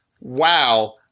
Wow